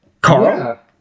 Carl